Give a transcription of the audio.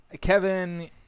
Kevin